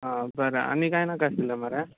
आं बरें आनी कांय नाका आशिल्लें मरे